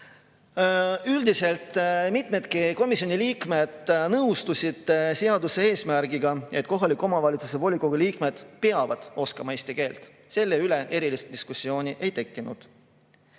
Üldiselt mitmed komisjoni liikmed nõustusid seaduse eesmärgiga, et kohaliku omavalitsuse volikogu liikmed peavad oskama eesti keelt. Selle üle erilist diskussiooni ei tekkinud.